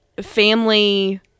family